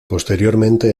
posteriormente